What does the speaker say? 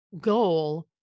goal